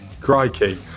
Crikey